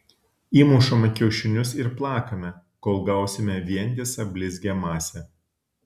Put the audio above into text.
įmušame kiaušinius ir plakame kol gausime vientisą blizgią masę